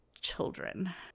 children